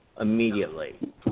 immediately